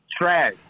trash